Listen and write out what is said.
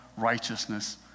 righteousness